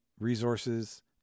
resources